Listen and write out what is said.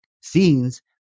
scenes